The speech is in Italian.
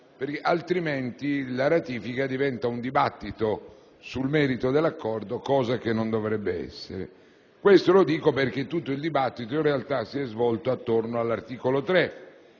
altrimenti la ratifica diventa un dibattito sul merito dell'accordo, cosa che non dovrebbe essere. Dico questo perché tutto il dibattito in realtà si è svolto intorno all'articolo 3